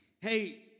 Hey